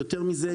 יותר מזה,